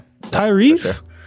Tyrese